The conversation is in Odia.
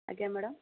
ଆଜ୍ଞା ମ୍ୟାଡ଼ାମ